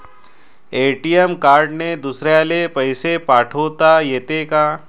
ATM कार्डने दुसऱ्याले पैसे पाठोता येते का?